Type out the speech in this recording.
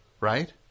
right